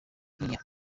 year